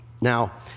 Now